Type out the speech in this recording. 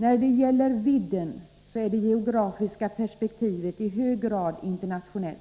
När det gäller vidden är det geografiska perspektivet i hög grad internationellt.